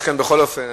בכל אופן,